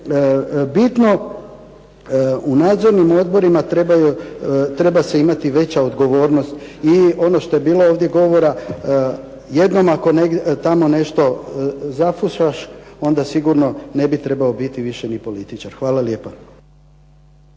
bitno u nadzornim odborima treba se imati veća odgovornost. I ono što je bilo ovdje govora, jednom ako tamo nešto zafušaš onda sigurno ne bi trebao biti više ni političar. Hvala lijepa.